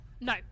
no